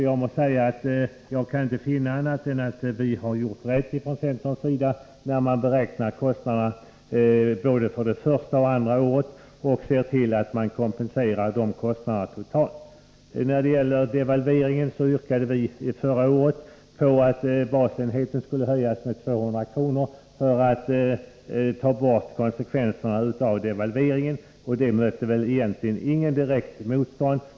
Jag kan för min del inte finna annat än att centern har gjort rätt när kostnaderna beräknats för både det första och det andra året, vilka kostnader sedan kompenseras helt. När det gäller devalveringen yrkade vi förra året på att basenheten skulle höjas med 200 kr. för att man skulle kompensera effekterna av devalveringen. Detta förslag mötte i sak inget egentligt motstånd.